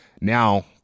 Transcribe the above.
now